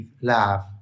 love